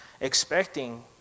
expecting